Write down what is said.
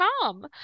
calm